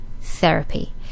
therapy